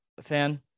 fan